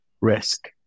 risk